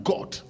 God